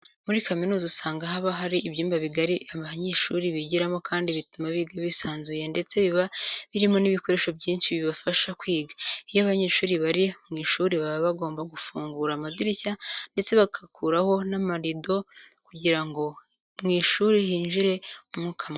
Muri kaminuza usanga haba hari ibyumba bigari abanyeshuri bigiramo kandi bituma biga bisanzuye ndetse biba birimo n'ibikoresho byinshi bibafasha kwiga. Iyo abanyeshuri bari mu ishuri baba bagomba gufungura amadirishya ndetse bagakuraho n'amarido kugira ngo mu ishuri hinjire umwuka mwiza.